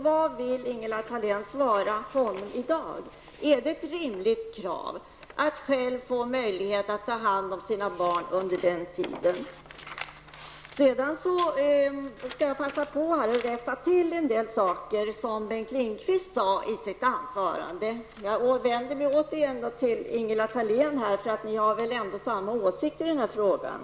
Vad vill Ingela Thalén svara honom i dag? Är det ett rimligt krav att själv få möjlighet att ta hand sina barn? Sedan vill jag passa på och rätta till en del saker som Bengt Lindqvist sade i sitt anförande. Jag vänder mig återigen till Ingela Thalén, eftersom ni väl ändå har samma åsikter i den här frågan.